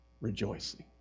rejoicing